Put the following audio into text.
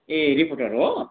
ए reporter हो